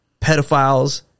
pedophiles